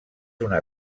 una